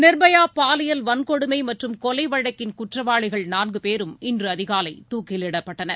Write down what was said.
நிர்பயா பாலியல் வன்கொடுமை மற்றும் கொலைவழக்கின் குற்றவாளிகள் நான்கு பேரும் இன்று அதிகாலை தூக்கிலிடப்பட்டனர்